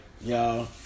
y'all